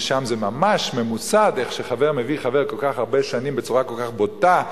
ששם זה ממש ממוסד איך שחבר מביא חבר כל כך הרבה שנים בצורה כל כך בוטה,